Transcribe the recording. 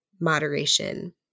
moderation